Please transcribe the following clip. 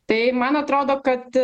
tai man atrodo kad